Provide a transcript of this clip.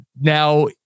now